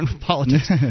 politics